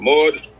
More